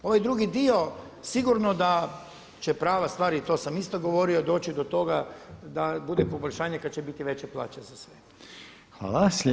Ovaj drugi dio sigurno da će prava stvar i to sam isto govorio doći do toga da bude poboljšanje kada će biti veće plaće za sve.